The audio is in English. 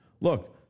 Look